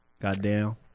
Goddamn